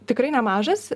tikrai nemažas